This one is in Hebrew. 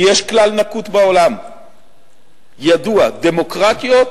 כי יש כלל נקוט בעולם, ידוע: דמוקרטיות